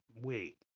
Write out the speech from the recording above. wait